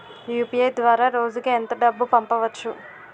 UPI ద్వారా రోజుకి ఎంత డబ్బు పంపవచ్చు?